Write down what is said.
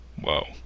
Whoa